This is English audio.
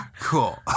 cool